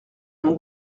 mon